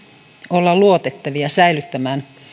olla luotettavia säilyttää